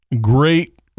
great